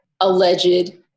alleged